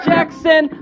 Jackson